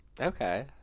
okay